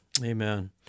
Amen